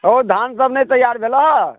हौ धान सब नहि तैआर भेलऽ